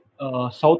South